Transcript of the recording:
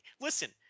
listen